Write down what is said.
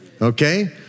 Okay